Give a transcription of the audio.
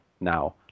now